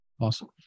Awesome